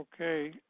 Okay